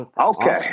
Okay